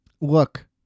Look